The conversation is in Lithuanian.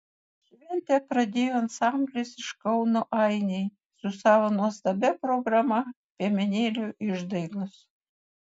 šventę pradėjo ansamblis iš kauno ainiai su savo nuostabia programa piemenėlių išdaigos